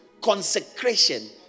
consecration